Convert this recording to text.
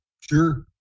Sure